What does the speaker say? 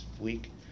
week